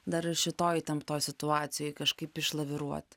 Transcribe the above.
dar ir šitoj įtemptoj situacijoj kažkaip išlaviruot